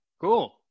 Cool